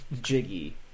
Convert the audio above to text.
Jiggy